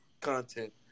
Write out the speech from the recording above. content